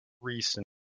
recent